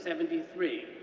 seventy three,